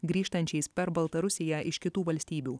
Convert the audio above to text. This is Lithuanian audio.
grįžtančiais per baltarusiją iš kitų valstybių